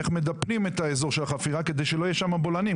איך מדפנים את האזור של החפירה כדי שלא יהיו שם בולענים.